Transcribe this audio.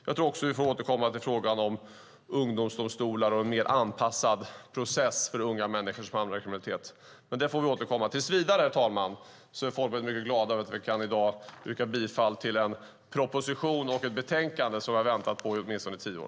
Jag tror också att vi får återkomma till frågan om ungdomsdomstolar och en mer anpassad process för unga människor som hamnar i kriminalitet. Herr talman! Tills vidare är vi i Folkpartiet mycket glada över att vi i dag kan yrka bifall till förslaget i en proposition och ett betänkande som vi har väntat på i åtminstone tio år.